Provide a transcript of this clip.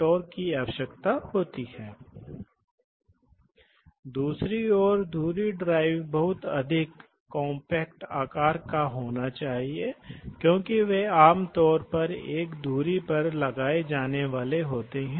क्योंकि उन्हें एक ऑल इलेक्ट्रिक सिस्टम का उपयोग करके संचालित किया जा सकता है इसके अलावा लुब्रिकेशन की आवश्यकता होती है जबकि हाइड्रोलिक में यह तेल के साथ आता है इसलिए लुब्रिकेशन की आवश्यकता होती है